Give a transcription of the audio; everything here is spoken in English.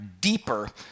deeper